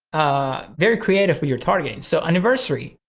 very creative for your targeting. so anniversary,